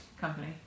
Company